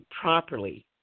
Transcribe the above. properly